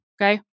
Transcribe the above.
Okay